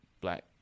Black